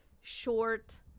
short